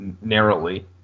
narrowly